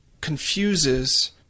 confuses